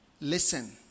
Listen